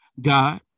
God